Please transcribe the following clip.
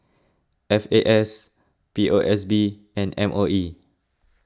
F A S P O S B and M O E